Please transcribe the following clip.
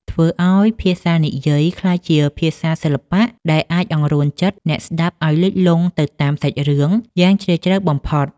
ធ្វើឱ្យភាសានិយាយក្លាយជាភាសាសិល្បៈដែលអាចអង្រួនចិត្តអ្នកស្ដាប់ឱ្យលិចលង់ទៅតាមសាច់រឿងយ៉ាងជ្រាលជ្រៅបំផុត។